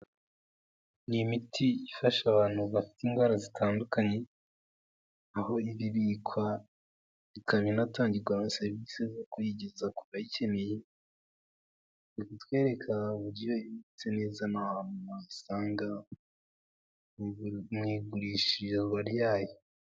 Ni imiti ifasha abantu bafite indwara zitandukanye, aho iba ibikwa ikaba inatangirwa na serivisi zo kuyigeza ku bayikeneye, bari kutwereka uburyo ibitse neza n'ahantu wayisanga mu igurishirizwa ryayo.